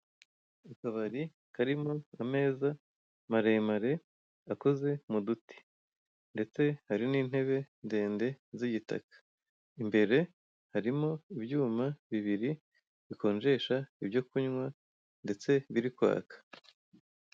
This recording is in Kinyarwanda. Akabari karimo ameza maremare, akoze mu duti. Ndetse hari n'intebe ndende, z'igitaka. Imbere harimo ibyuma bibiri, bikonjesha ibyo kunywa , ndetse biri kwaka.